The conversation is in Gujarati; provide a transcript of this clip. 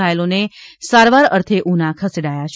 ઘાયલોને સારવાર અર્થે ઉના ખસેડાયા છે